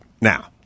now